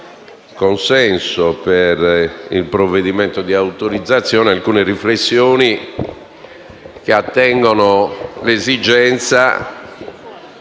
consenso al provvedimento di autorizzazione alcune riflessioni che attengono all'esigenza,